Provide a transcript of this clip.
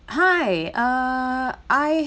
hi uh I